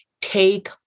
Take